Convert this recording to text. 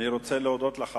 אני רוצה להודות לך,